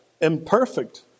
imperfect